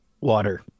Water